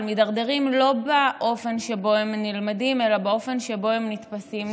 אבל מידרדרים לא באופן שבו הם נלמדים אלא באופן שבו הם נתפסים,